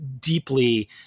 deeply